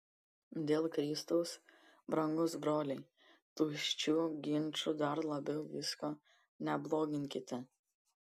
dėl kristaus brangūs broliai tuščiu ginču dar labiau visko nebloginkite